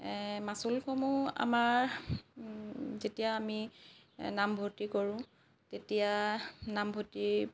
মাচুলসমূহ আমাৰ যেতিয়া আমি নামভৰ্তি কৰোঁ তেতিয়া নামভৰ্তি